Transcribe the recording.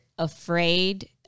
Afraid